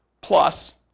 Plus